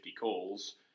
calls